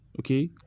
Okay